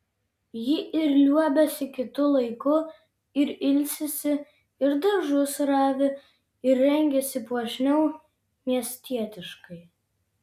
ji ir liuobiasi kitu laiku ir ilsisi ir daržus ravi ir rengiasi puošniau miestietiškai